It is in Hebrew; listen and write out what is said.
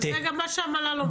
זה גם מה שהמל"ל אומר.